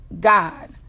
God